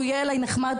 הוא יהיה אליי נחמד.